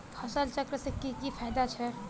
फसल चक्र से की की फायदा छे?